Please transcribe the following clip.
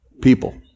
People